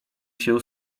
się